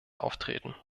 auftreten